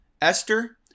Esther